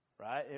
Right